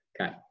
Okay